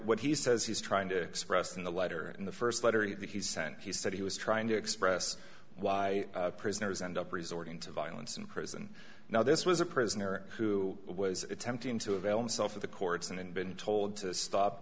what he says he's trying to express in the letter in the first letter he sent he said he was trying to express why prisoners end up resorting to violence in prison now this was a prisoner who was attempting to avail himself of the courts and been told to stop